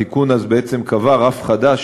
התיקון אז בעצם קבע רף חדש,